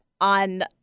on